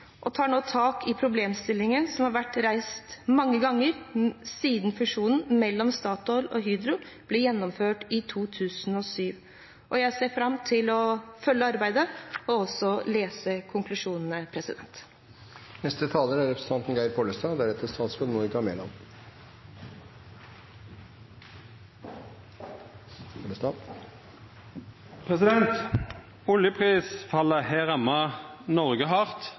og man tar nå tak i problemstillingene som har vært reist mange ganger siden fusjonen mellom Statoil og Hydro ble gjennomført i 2007. Jeg ser fram til å følge arbeidet og også lese konklusjonene. Oljeprisfallet har ramma Noreg hardt, det har ramma kysten hardt, og det har ramma Rogaland og andre delar av Vestlandet spesielt hardt.